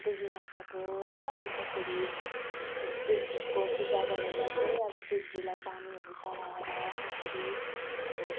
देवीमाताको होइन अन्तखेरि यस्तो शिवजीको पूजा गरेर चाहिँ अब शिवजीलाई पानीहरू चढाएर यसरी अब